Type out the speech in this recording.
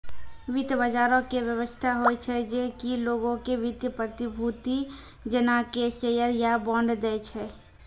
वित्त बजारो के व्यवस्था होय छै जे कि लोगो के वित्तीय प्रतिभूति जेना कि शेयर या बांड दै छै